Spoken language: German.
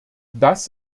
das